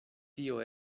tio